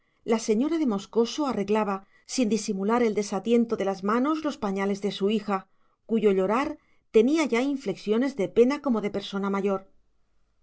la señora de moscoso arreglaba sin disimular el desatiento de las manos los pañales de su hija cuyo llorar tenía ya inflexiones de pena como de persona mayor